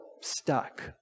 stuck